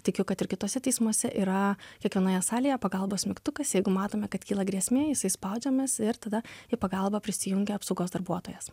tikiu kad ir kituose teismuose yra kiekvienoje salėje pagalbos mygtukas jeigu matome kad kyla grėsmė jisai spaudžiamas ir tada į pagalbą prisijungia apsaugos darbuotojas